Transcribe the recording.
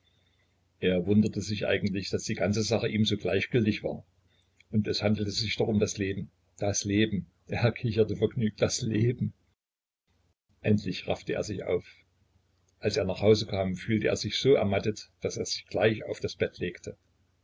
er wunderte sich eigentlich daß die ganze sache ihm so gleichgültig war und es handelte sich doch um das leben das leben er kicherte vergnügt das leben endlich raffte er sich auf als er nach hause kam fühlte er sich so ermattet daß er sich gleich auf das bett legte